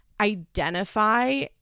identify